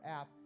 app